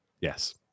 yes